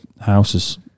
houses